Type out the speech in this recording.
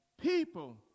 people